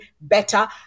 better